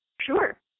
Sure